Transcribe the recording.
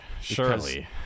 surely